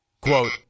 Quote